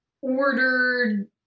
ordered